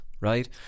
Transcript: right